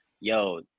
Yo